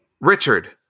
Richard